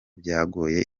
byagoye